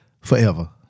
forever